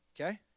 okay